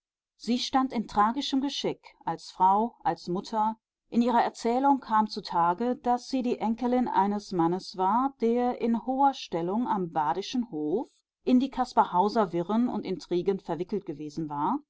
sie stand in tragischem geschick als frau als mutter in ihrer erzählung kam zutage daß sie die enkelin eines mannes war der in hoher stellung am badischen hof in die caspar hauser wirren und intrigen verwickelt gewesen war